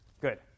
Good